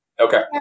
Okay